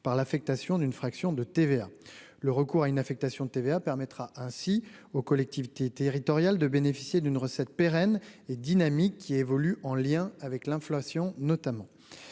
par l'affectation d'une fraction de TVA, le recours à une affectation de TVA permettra ainsi aux collectivités territoriales de bénéficier d'une recette pérenne et dynamique, qui évolue en lien avec l'inflation, notamment,